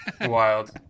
wild